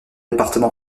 département